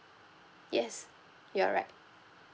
yes you're right